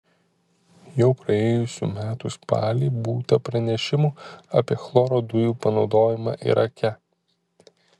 jau praėjusių metų spalį būta pranešimų apie chloro dujų panaudojimą irake